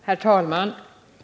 Herr talman!